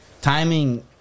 timing